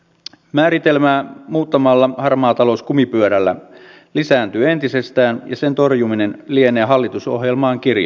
määritelmää muuttamalla harmaa talous kumipyörällä lisääntyy entisestään ja sen torjuminen lienee hallitusohjelmaan kirjattu